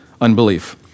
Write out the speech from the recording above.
unbelief